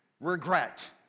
regret